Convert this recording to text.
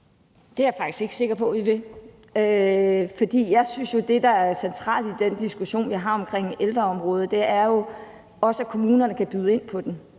Det er jeg faktisk ikke sikker på vi vil. For jeg synes jo, at det, der er centralt i den diskussion, vi har, om ældreområdet, jo også er, at kommunerne kan byde ind på den,